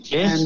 Yes